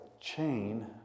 chain